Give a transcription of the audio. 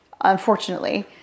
unfortunately